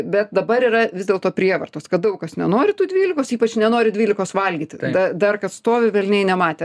bet dabar yra vis dėlto prievartos kad daug kas nenori tų dvylikos ypač nenori dvylikos valgyti tada dar kas stovi velniai nematė